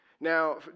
Now